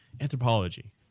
anthropology